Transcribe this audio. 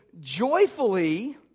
joyfully